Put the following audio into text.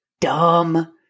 dumb